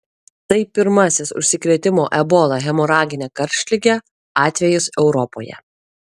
tai pirmasis užsikrėtimo ebola hemoragine karštlige atvejis europoje